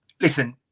listen